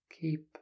Keep